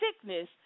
sickness